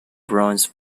bronze